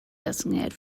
designated